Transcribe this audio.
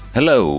Hello